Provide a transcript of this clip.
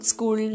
School